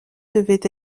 devait